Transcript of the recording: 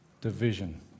Division